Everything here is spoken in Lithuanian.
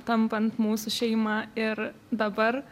tampant mūsų šeima ir dabar